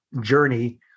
journey